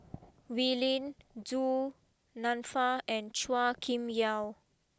Wee Lin Du Nanfa and Chua Kim Yeow